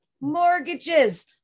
mortgages